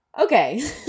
Okay